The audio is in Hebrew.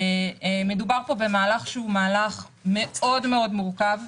מדובר פה במהלך שהוא מאוד מאוד מורכב,